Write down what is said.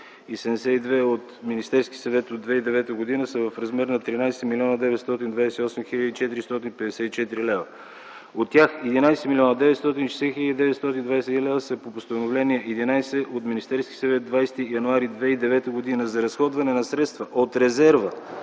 № 72 на Министерския съвет от 2009 г., са в размер на 13 млн. 928 хил. и 454 лв. От тях 11 млн. 960 хил. 923 лв. са по Постановление № 11 на Министерския съвет от 20 януари 2009 г. за разходване на средства от резерва